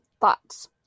thoughts